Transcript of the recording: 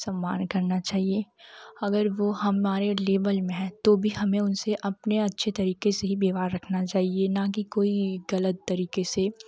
सम्मान करना चाहिए अगर वह हमारे लेवल में है तो भी हमें उनसे अपने अच्छे तरीके से ही व्यवहार रखना चाहिए न की कोई गलत तरीके से